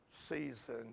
season